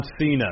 Cena